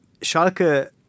Schalke